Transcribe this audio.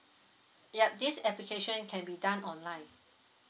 yup this application can be done online